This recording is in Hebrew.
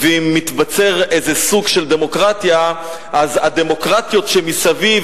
ואם מתבצר איזה סוג של דמוקרטיה אז הדמוקרטיות שמסביב